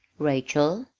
rachel,